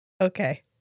Okay